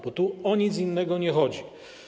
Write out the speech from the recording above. Bo tu o nic innego nie chodzi.